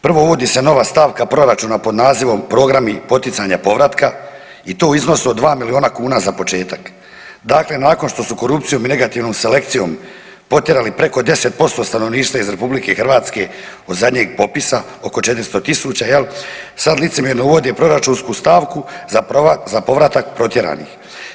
Prvo, uvodi se nova stavka proračuna pod nazivom programi poticanja povratka i to u iznosu od 2 milijuna kuna za početak, dakle nakon što su korupcijom i negativnom selekcijom potjerali preko 10% stanovništva iz RH od zadnjeg popisa, oko 400.000 jel sad licemjerno uvode proračunsku stavku za povratak protjeranih.